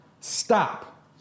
Stop